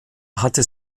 hatte